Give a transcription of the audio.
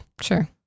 Sure